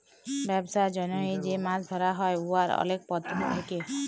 ব্যবসার জ্যনহে যে মাছ ধ্যরা হ্যয় উয়ার অলেক পদ্ধতি থ্যাকে